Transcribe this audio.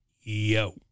Yo